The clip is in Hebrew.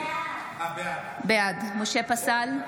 בעד משה פסל,